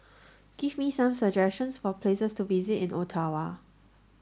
give me some suggestions for places to visit in Ottawa